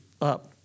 up